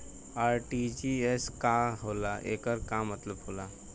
RTGS का होला एकर का मतलब होला?